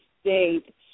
State